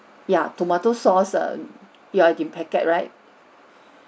yeah tomato sauce mm you already packet right